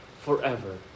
forever